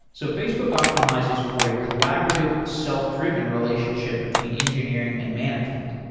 so facebook optimizes for a collaborative self-driven relationship between engineering and management.